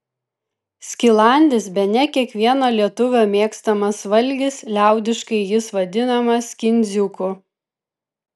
skilandis bene kiekvieno lietuvio mėgstamas valgis liaudiškai jis vadinamas kindziuku